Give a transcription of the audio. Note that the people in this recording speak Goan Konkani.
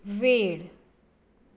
वेळ